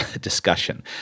discussion